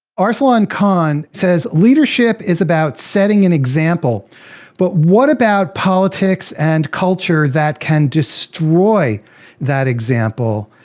arsalan khan says, leadership is about setting an example but what about politics and culture that can destroy that example?